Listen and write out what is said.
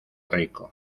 rico